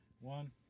one